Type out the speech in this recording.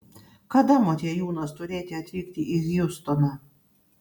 kada motiejūnas turėti atvykti į hjustoną